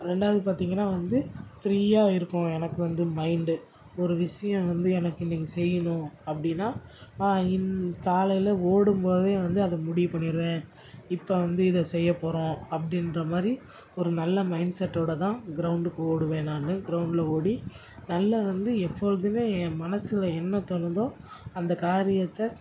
ரெண்டாவது பார்த்திங்கன்னா வந்து ஃப்ரீயாக இருக்கும் எனக்கு வந்து மைண்டு ஒரு விஷயம் வந்து எனக்கு இன்னைக்கு செய்யணும் அப்படின்னா காலையில் ஓடும்போதே வந்து அதை முடிவு பண்ணிடுவேன் இப்போ வந்து இதை செய்யப் போகிறோம் அப்படின்ற மாதிரி ஒரு நல்ல மைண்ட்செட்டோடு தான் கிரௌண்டுக்கு ஓடுவேன் நான் கிரௌண்டில் ஓடி நல்லா வந்து எப்பொழுதுமே என் மனசில் என்ன தோணுதோ அந்தக் காரியத்தை